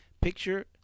Picture